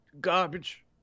garbage